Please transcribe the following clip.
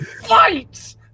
FIGHT